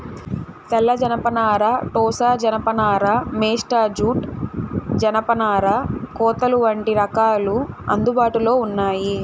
తెల్ల జనపనార, టోసా జానప నార, మేస్టా జూట్, జనపనార కోతలు వంటి రకాలు అందుబాటులో ఉన్నాయి